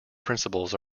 principles